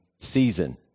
season